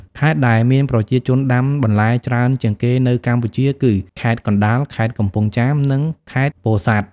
ខេត្តដែលមានប្រជាជនដាំបន្លែច្រើនជាងគេនៅកម្ពុជាគឺ ខេត្តកណ្ដាល ខេត្តកំពង់ចាម និង ខេត្តពោធិ៍សាត់។